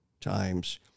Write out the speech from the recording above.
times